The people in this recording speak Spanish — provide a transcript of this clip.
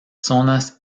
zonas